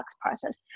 process